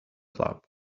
club